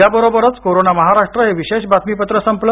या बरोबरच कोरोना महाराष्ट्र हे विशेष बातमीपत्र संपलं